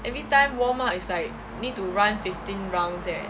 every time warm up is like need to run fifteen rounds eh